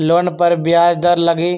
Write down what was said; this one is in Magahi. लोन पर ब्याज दर लगी?